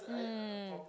mm